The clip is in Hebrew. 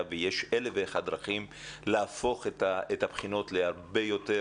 אלא יש הרבה דרכים להפוך את הבחינות להרבה יותר